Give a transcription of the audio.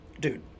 Dude